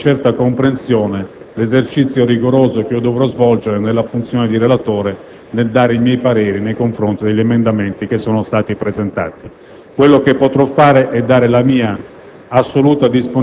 a valutare con una certa comprensione l'esercizio rigoroso che dovrò svolgere nella funzione di relatore nel dare i miei pareri nei confronti degli emendamenti presentati. Quel che potrò fare è dare la mia